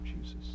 Jesus